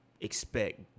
expect